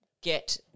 get